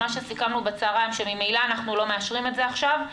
מה שסיכמנו בצוהריים שממילא אנחנו לא מאשרים את זה עכשיו,